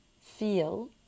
feel